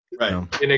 Right